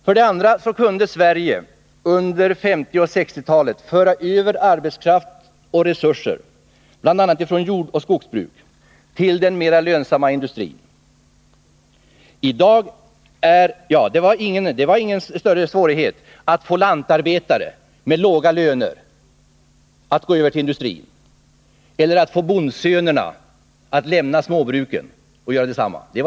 För det andra kunde Sverige under 1950 och 1960-talen föra över arbetskraft och andra resurser från bl.a. jordoch skogsbruk till den mera lönsamma industrin. Och det stötte inte på några större svårigheter att få lantarbetare med låga löner att gå över till industrin och att få bondsönerna att lämna småbruken och göra detsamma.